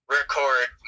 record